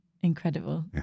Incredible